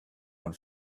one